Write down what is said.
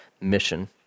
mission